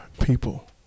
people